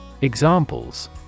Examples